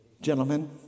Gentlemen